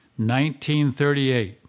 1938